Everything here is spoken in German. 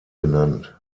benannt